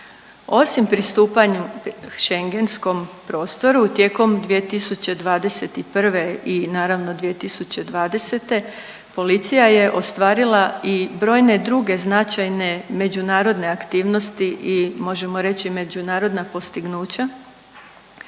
Osim pristupanju Schengenskom prostoru tijekom 2021. i naravno 2020. policija je ostvarila i brojne druge značajne međunarodne aktivnosti i možemo reći međunarodna postignuća